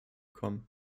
kommen